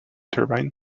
turbine